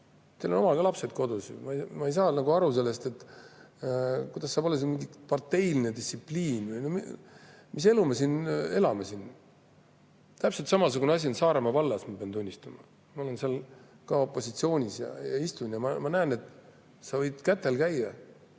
Teil on omal ka lapsed kodus. Ma ei saa aru sellest, kuidas saab olla siin mingi parteiline distsipliin. Mis elu me siin elame? Täpselt samasugune asi on Saaremaa vallas, ma pean tunnistama. Ma olen seal ka opositsioonis ja istun ja ma näen, et sa võid kätel käia.